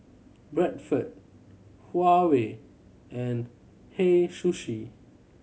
Bradford Huawei and Hei Sushi